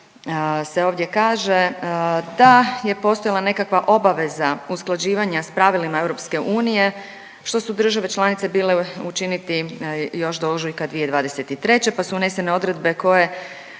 se ovdje kaže da je postojala nekakva obaveza usklađivanja s pravilima EU, što su države članice bile učiniti još do ožujka 2023. pa su unesene odredbe koje